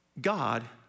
God